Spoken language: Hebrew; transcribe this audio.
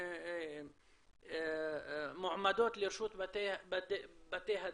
מועמדות לרשות בתי הדין,